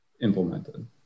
implemented